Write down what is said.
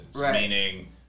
meaning